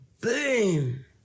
boom